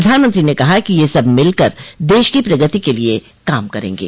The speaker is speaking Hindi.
प्रधानमंत्री ने कहा कि ये सब मिलकर देश की प्रगति के लिए काम करेंगे